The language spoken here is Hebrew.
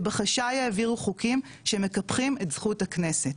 שבחשאי העבירו חוקים שמקפחים את זכות הכנסת.